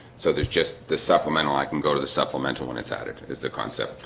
so there's just the supplemental i can go to the supplemental when it's added is the concept.